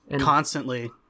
constantly